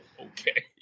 okay